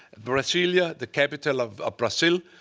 brasilia, the capital of ah brazil,